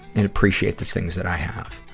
and appreciate the things that i have.